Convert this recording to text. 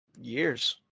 Years